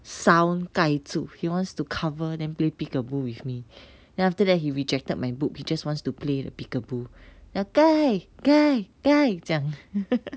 sound 盖住 he wants to cover then play peekaboo with me then after that he rejected my book he just wanted to play the peekaboo like 盖盖盖这样